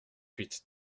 huit